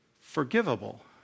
forgivable